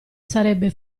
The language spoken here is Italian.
sarebbe